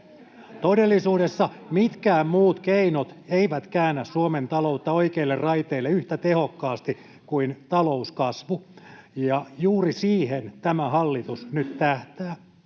Todellisuudessa mitkään muut keinot eivät käännä Suomen taloutta oikeille raiteille yhtä tehokkaasti kuin talouskasvu. Juuri siihen tämä hallitus nyt tähtää.